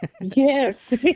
Yes